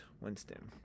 Winston